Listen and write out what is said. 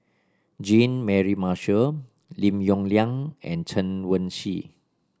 Jean Mary Marshall Lim Yong Liang and Chen Wen Hsi